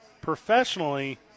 professionally